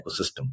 ecosystem